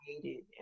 created